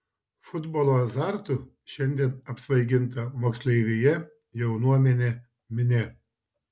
futbolo azartu šiandien apsvaiginta moksleivija jaunuomenė minia